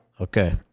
Okay